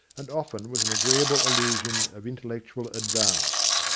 and often with an agreeable illusion of intellectual advance.